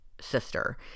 sister